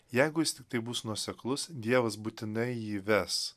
jeigu jis tiktai bus nuoseklus dievas būtinai jį ves